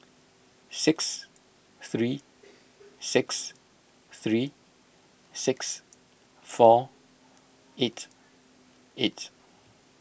six three six three six four eight eight